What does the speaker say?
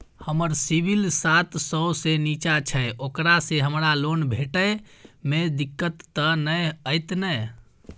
हमर सिबिल सात सौ से निचा छै ओकरा से हमरा लोन भेटय में दिक्कत त नय अयतै ने?